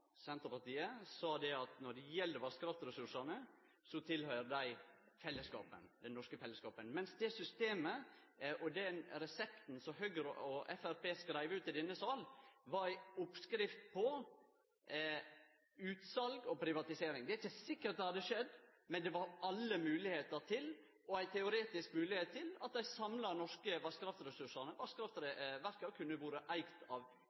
Senterpartiet, sa at når det gjeld vassdragsressursane, tilhøyrer dei den norske fellesskapen. Men det systemet og den resepten som Høgre og Framstegspartiet skreiv ut i denne sal, var ei oppskrift på utsal og privatisering. Det er ikkje sikkert det hadde skjedd, men det var alle moglegheiter til, og ei teoretisk moglegheit til, at dei samla norske vasskraftverka kunne vore eigde av